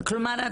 כלומר,